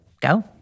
go